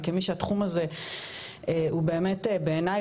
וכמי שהתחום הזה הוא באמת בעיני,